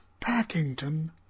Packington